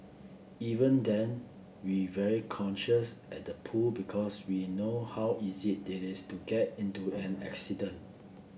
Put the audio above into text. even then we very cautious at the pool because we know how easy it is to get into an accident